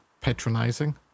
patronizing